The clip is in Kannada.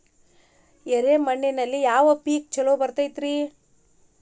ಎರೆ ಮಣ್ಣಿನಲ್ಲಿ ಯಾವ ಪೇಕ್ ಛಲೋ ಬರತೈತ್ರಿ?